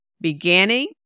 beginning